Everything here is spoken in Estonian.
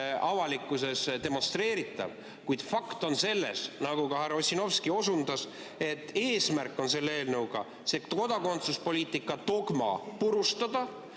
avalikkuses demonstreeritav. Kuid fakt on see, nagu ka härra Ossinovski osutas, et eesmärk on selle eelnõuga see kodakondsuspoliitika dogma purustada,